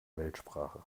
weltsprache